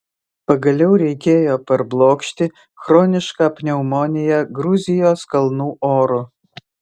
pagaliau reikėjo parblokšti chronišką pneumoniją gruzijos kalnų oru